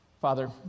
father